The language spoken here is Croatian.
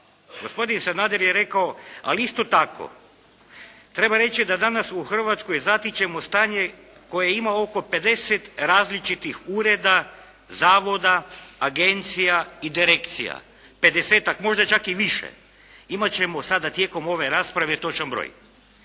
gospodin Sanader je rekao ali isto tako, treba reći da danas u Hrvatskoj zatičemo stanje koje ima oko 50 različitih ureda, zavoda, agencija i direkcija. 50-tak, možda čak i više. Imati ćemo sada tijekom ove rasprave točan broj.